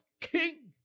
king